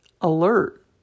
alert